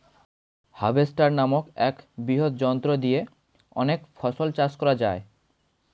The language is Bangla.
হার্ভেস্টার নামক এক বৃহৎ যন্ত্র দিয়ে অনেক ফসল চাষ করা যায়